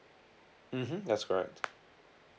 mmhmm that's correct